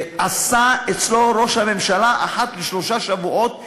ועשה אצלו ראש הממשלה אחת לשלושה שבועות פגישה,